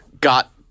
got